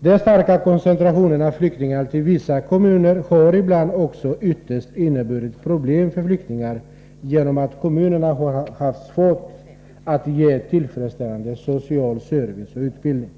Den starka koncentrationen av flyktingar till vissa kommuner har ibland också inneburit problem för flyktingarna, eftersom kommunerna har haft svårt att ge tillfredsställande social service och utbildning.